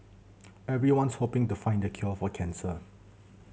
everyone's hoping to find the cure for cancer